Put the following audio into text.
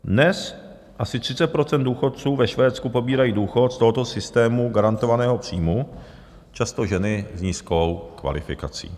Dnes asi 30 % důchodců ve Švédsku pobírá důchod z tohoto systému garantovaného příjmu, často ženy s nízkou kvalifikací.